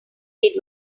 did